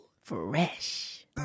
Fresh